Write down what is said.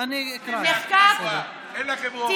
אין לכם רוב.